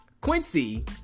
Quincy